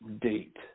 Date